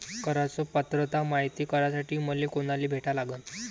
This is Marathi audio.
कराच पात्रता मायती करासाठी मले कोनाले भेटा लागन?